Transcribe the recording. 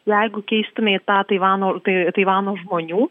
jeigu keistume į tą taivano tai taivano žmonių